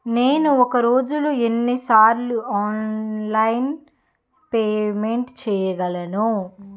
నేను ఒక రోజులో ఎన్ని సార్లు ఆన్లైన్ పేమెంట్ చేయగలను?